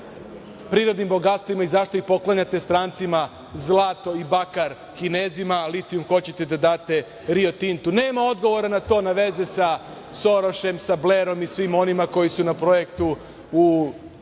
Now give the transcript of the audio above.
prirodnim bogatstvima i zašto ih poklanjate strancima, zlato i bakar Kinezima, a litijum hoćete da date Rio Tintu? Nema odgovora na to na veze sa Sorošem, sa Blerom i svima onima koji su na projektu u